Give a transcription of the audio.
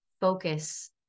focus